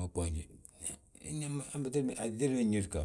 atédi wi inyuugi,